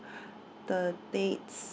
the dates